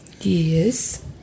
Yes